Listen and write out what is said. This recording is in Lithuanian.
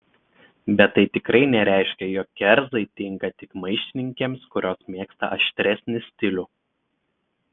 bet tai tikrai nereiškia jog kerzai tinka tik maištininkėms kurios mėgsta aštresnį stilių